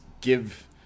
give